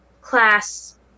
class